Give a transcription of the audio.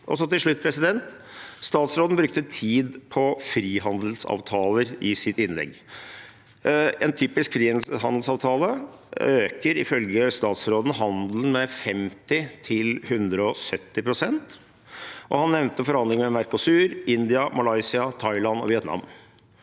Til slutt: Statsråden brukte tid på frihandelsavtaler i sitt innlegg. En typisk frihandelsavtale øker, ifølge statsråden, handelen med 50–170 pst. Han nevnte forhand lingene med Mercosur, India, Malaysia, Thailand og Vietnam.